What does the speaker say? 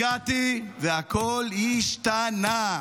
הגעתי, והכול השתנה.